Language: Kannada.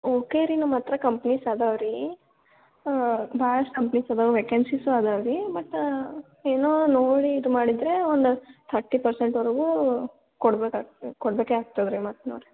ಓಕೆ ರೀ ನಮ್ಮ ಹತ್ರ ಕಂಪ್ನೀಸ್ ಅದಾವ ರೀ ಭಾಳಷ್ಟು ಕಂಪ್ನೀಸ್ ಅದಾವ ವೇಕೆನ್ಸಿಸ್ ಅದಾವ ರೀ ಮತ್ತು ಏನೋ ನೋಡಿ ಇದು ಮಾಡಿದರೆ ಒಂದು ಥರ್ಟಿ ಪರ್ಸೆಂಟವರೆಗೂ ಕೊಡ್ಬೇಕಾಗ್ತದೆ ಕೊಡಬೇಕೆ ಆಗ್ತದೆ ರೀ ಮತ್ತು ನೋಡಿರಿ